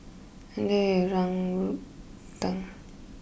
enjoy your Yang Rou Tang